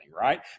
right